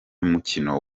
umukino